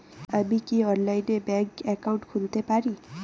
আমি কি অনলাইনে ব্যাংক একাউন্ট খুলতে পারি?